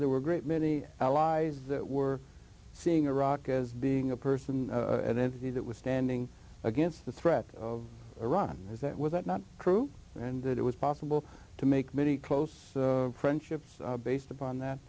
there were a great many allies that were seeing iraq as being a person an entity that was standing against the threat of iran is that with that not true and that it was possible to make many close friendships based upon that